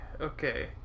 Okay